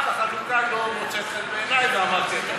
רק החלוקה לא מוצאת חן בעיני, ואמרתי.